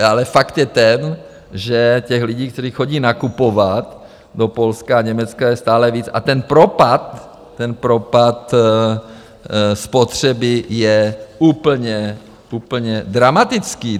Ale fakt je ten, že těch lidí, kteří chodí nakupovat do Polska a Německa je stále víc, a ten propad, ten propad spotřeby je úplně dramatický.